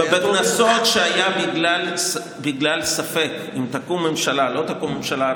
בכנסות שהיה ספק אם תקום ממשלה או לא תקום ממשלה.